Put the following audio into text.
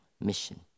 mission